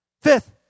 Fifth